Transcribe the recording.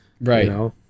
Right